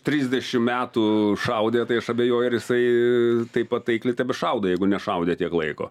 trisdešimt metų šaudė tai aš abejoju ar jisai taip pat taikliai tebešaudo jeigu nešaudė tiek laiko